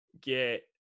get